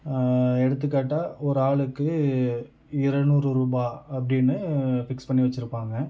எடுத்துக்காட்டாக ஒரு ஆளுக்கு இரநூறுரூபாய் அப்படின்னு ஃபிக்ஸ் பண்ணி வச்சிருப்பாங்கள்